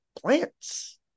plants